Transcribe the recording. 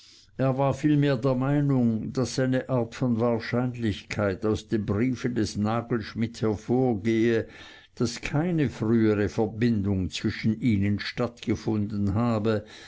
er war vielmehr der meinung daß eine art von wahrscheinlichkeit aus dem briefe des nagelschmidt hervorgehe daß keine frühere verbindung zwischen ihnen stattgefunden habe